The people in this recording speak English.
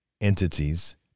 entities